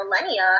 millennia